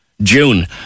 June